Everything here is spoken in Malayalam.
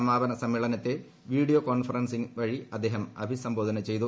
സമാപന സമ്മേളനത്തെ വീഡിയോ കോൺഫറൻസിംഗ് വഴി അദ്ദേഹം അഭിസംബോധന ചെയ്തു